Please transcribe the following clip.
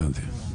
הבנתי.